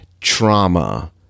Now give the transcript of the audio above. trauma